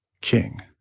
king